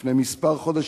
לפני חודשים מספר,